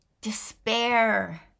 despair